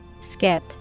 Skip